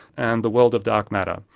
and the world of dark matter.